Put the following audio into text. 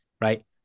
right